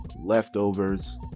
Leftovers